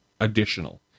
additional